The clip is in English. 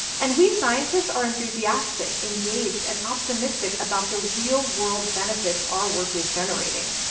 and we scientists are enthusiastic, engaged, and optimistic about the real-world benefits our work is generating.